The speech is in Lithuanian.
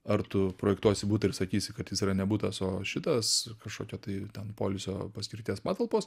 ar tu projektuosi butą ir sakysi kad jis yra ne būtas o šitas kažkokia tai ten poilsio paskirties patalpos